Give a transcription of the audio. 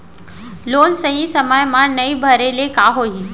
Loan सही समय मा नई भरे ले का होही?